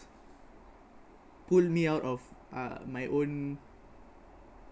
pull me out of uh my own